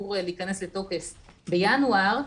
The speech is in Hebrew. שאמור להיכנס לתוקף בינואר,